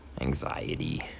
anxiety